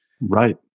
Right